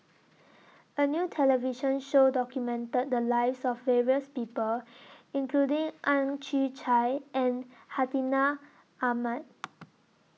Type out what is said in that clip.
A New television Show documented The Lives of various People including Ang Chwee Chai and Hartinah Ahmad